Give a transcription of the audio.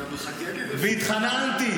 היית מחכה לי לפחות.